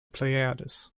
pleiades